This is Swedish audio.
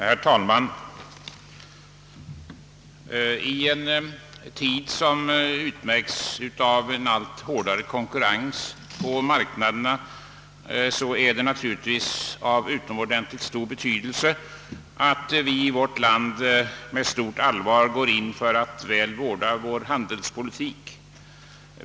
Herr talman! I en tid som utmärkes av allt hårdare konkurrens på olika marknader är det av utomordentligt stor betydelse att vi i vårt land med allvar går in för att väl vårda vår handelspolitik.